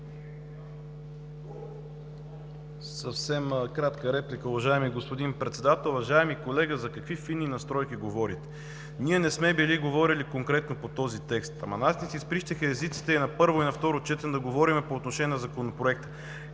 Съвсем кратка реплика, уважаеми господин Председател! Уважаеми колега, за какви фини настройки говорите? Ние не сме били говорили конкретно по този текст. На нас ни се изприщиха езиците – и на първо, и на второ четене, да говорим по отношение на Законопроекта.